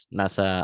nasa